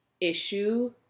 issue